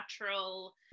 natural